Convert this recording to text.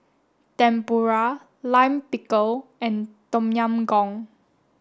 Tempura Lime Pickle and Tom Yam Goong